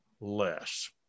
less